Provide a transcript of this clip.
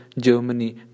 Germany